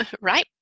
right